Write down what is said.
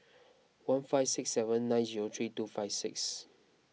one five six seven nine zero three two five six